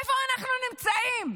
איפה אנחנו נמצאים?